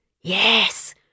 Yes